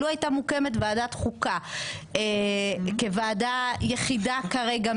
לו הייתה מוקמת ועדת חוקה כוועדה יחידה כרגע,